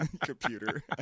computer